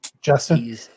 Justin